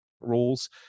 rules